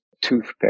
toothpick